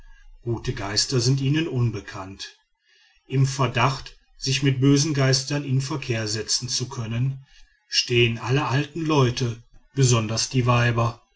gute geister sind ihnen unbekannt im verdacht sich mit bösen geistern in verkehr setzen zu können stehen alle alten leute besonders die weiber